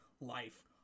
life